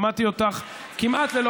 שמעתי אותך והקשבתי.